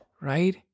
right